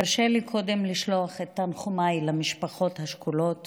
תרשה לי קודם לשלוח את תנחומיי למשפחות השכולות